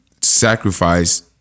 sacrifice